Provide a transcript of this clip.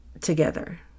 together